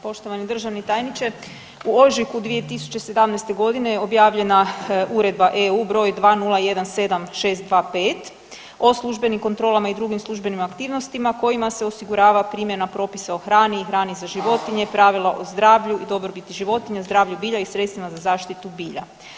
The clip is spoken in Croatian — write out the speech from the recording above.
Poštovani državni tajniče, u ožujku 2017.g. je objavljena Uredba EU broj 2017625 o službenim kontrolama i drugim službenim aktivnostima kojima se osigurava primjena propisa o hrani i hrani za životnije, pravila o zdravlju i dobrobiti životinja, zdravlju bilja i sredstvima za zaštitu bilja.